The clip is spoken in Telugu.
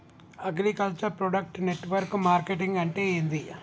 అగ్రికల్చర్ ప్రొడక్ట్ నెట్వర్క్ మార్కెటింగ్ అంటే ఏంది?